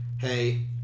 hey